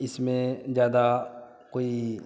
इसमें ज़्यादा कोई